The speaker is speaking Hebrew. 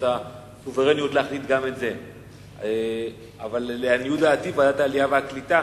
אבל לעניות דעתי, ועדת העלייה והקליטה